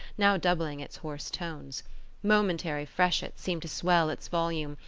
now doubling its hoarse tones momentary freshets seemed to swell its volume,